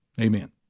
Amen